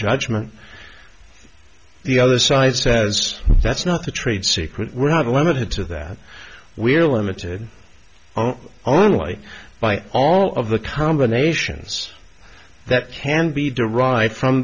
judgement the other side says that's not the trade secret we're not limited to that we're limited only by all of the combinations that can be derived from